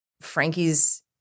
frankie's